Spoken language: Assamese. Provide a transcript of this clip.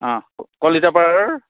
অঁ কলিতাপাৰৰ